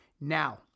Now